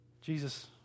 Jesus